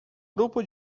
grupo